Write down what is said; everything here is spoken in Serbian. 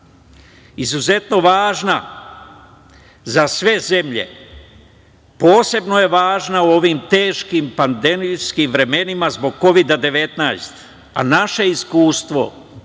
izuzetno važna za sve zemlje, posebno je važna u ovim teškim pandemijskim vremenima, zbog Kovida-19. Naše iskustvo